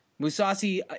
Musasi